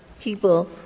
People